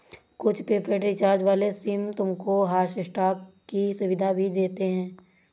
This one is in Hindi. कुछ प्रीपेड रिचार्ज वाले सिम तुमको हॉटस्टार की सुविधा भी देते हैं